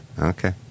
Okay